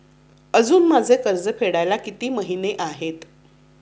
अजुन माझे कर्ज फेडायला किती महिने आहेत?